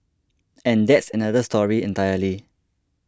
and that's another story entirely